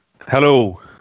hello